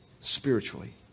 spiritually